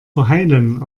verheilen